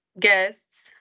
guests